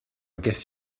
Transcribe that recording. guess